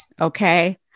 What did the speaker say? okay